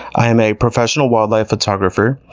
i am a professional wildlife photographer.